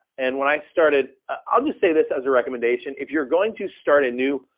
and when i started, i'll just say this as a recommendation. if you're going to start a new,